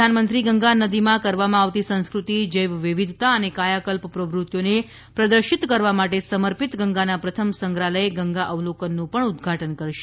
પ્રધાનમંત્રી ગંગા નદીમાં કરવામાં આવતી સંસ્કૃતિ જૈવવિવિધતા અને કાયાકલ્પ પ્રવૃત્તિઓને પ્રદર્શિત કરવા માટે સમર્પિત ગંગાના પ્રથમ સંગ્રહાલય ગંગા અવલોકન નું પણ ઉદ્વાટન કરશે